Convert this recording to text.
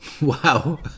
Wow